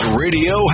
radio